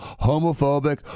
homophobic